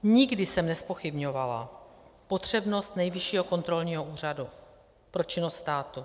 Nikdy jsem nezpochybňovala potřebnost Nejvyššího kontrolního úřadu pro činnost státu.